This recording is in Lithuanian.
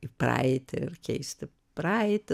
į praeitį ir keisti praeitį